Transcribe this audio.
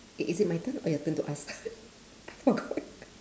is it my turn or your turn to ask forgot